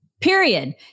period